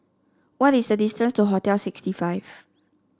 what is the distance to Hostel sixty five